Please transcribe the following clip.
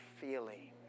feeling